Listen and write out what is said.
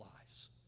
lives